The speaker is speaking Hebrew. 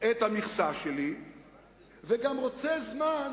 את המכסה שלי וגם רוצה זמן